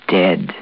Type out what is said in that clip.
dead